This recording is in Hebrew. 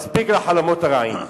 מספיק לחלומות הרעים.